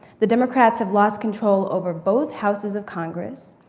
the democrats have lost control over both houses of congress,